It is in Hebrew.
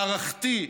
מערכתי,